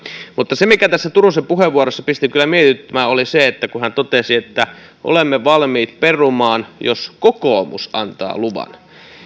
mutta se mikä tässä turusen puheenvuorossa pisti kyllä mietityttämään oli se kun hän totesi että olemme valmiit perumaan jos kokoomus antaa luvan